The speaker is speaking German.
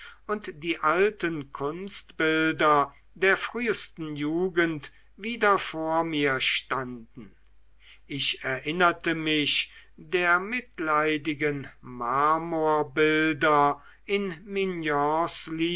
und die alten kunstbilder der frühsten jugend wieder vor mir standen ich erinnerte mich der mitleidigen marmorbilder in